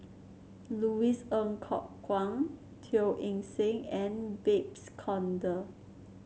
Louis Ng Kok Kwang Teo Eng Seng and Babes Conde